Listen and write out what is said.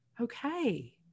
okay